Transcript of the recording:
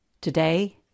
Today